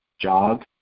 jog